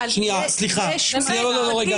לא.